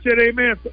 amen